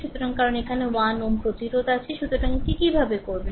সুতরাং কারণ এখানে 1 Ω প্রতিরোধ আছে সুতরাং এটি কীভাবে করবেন